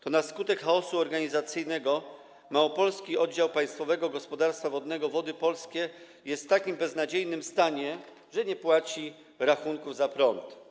To na skutek chaosu organizacyjnego małopolski oddział Państwowego Gospodarstwa Wodnego Wody Polskie jest w takim beznadziejnym stanie, że nie płaci rachunków za prąd.